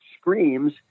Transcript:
screams